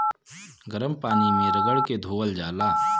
गरम पानी मे रगड़ के धोअल जाला